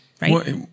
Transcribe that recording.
right